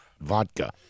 vodka